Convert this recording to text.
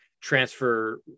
transfer